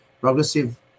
progressive